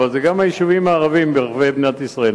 אבל זה גם היישובים הערביים ברחבי מדינת ישראל,